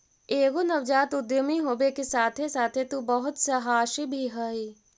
एगो नवजात उद्यमी होबे के साथे साथे तु बहुत सहासी भी हहिं